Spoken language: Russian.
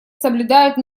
соблюдают